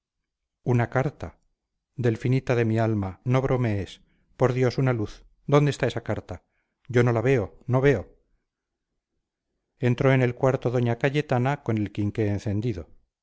una carta delfinita de mi alma no bromees por dios una luz dónde está esa carta yo no la veo no veo entró en el cuarto doña cayetana con el quinqué encendido